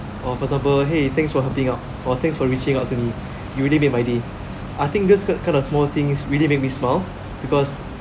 or for example !hey! thanks for helping out or thanks for reaching out to me you already made my day I think just kind of small things really make me smile because